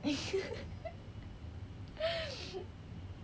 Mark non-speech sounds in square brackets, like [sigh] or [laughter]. [laughs]